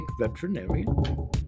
veterinarian